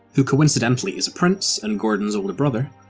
who coincidentally is a prince, and gordon's older brother,